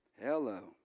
Hello